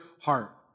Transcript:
heart